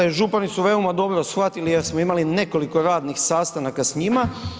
Dakle, župani su veoma dobro shvatili jer smo imali nekoliko radnih sastanaka s njima.